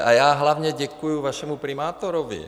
A já hlavně děkuji vašemu primátorovi.